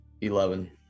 eleven